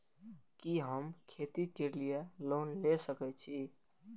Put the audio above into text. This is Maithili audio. कि हम खेती के लिऐ लोन ले सके छी?